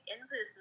in-person